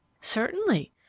Certainly